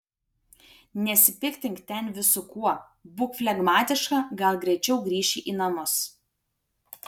nesipiktink ten visu kuo būk flegmatiška gal greičiau grįši į namus